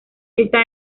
está